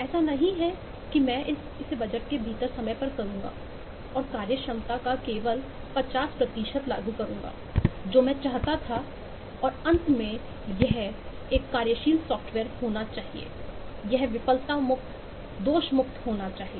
ऐसा नहीं है कि मैं इसे बजट के भीतर समय पर करूंगा और कार्यक्षमता का केवल 50 लागू करूंगा जो मैं चाहता था और अंत में यह एक कार्यशील सॉफ्टवेयर होना चाहिए यह विफलता मुक्त दोष मुक्त होना चाहिए